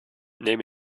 nehme